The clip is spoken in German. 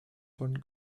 sinne